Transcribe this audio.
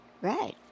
Right